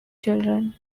children